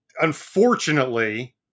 Unfortunately